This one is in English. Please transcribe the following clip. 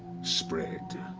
spread.